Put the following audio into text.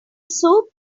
soup